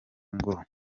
ngo